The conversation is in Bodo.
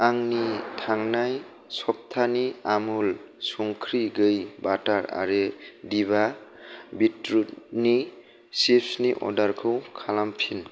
आंनि थांनाय सबथानि आमुल संख्रि गैयि बाटार आरो दिभा बिटरुटनि चिप्सनि अर्डारखौ खालामफिन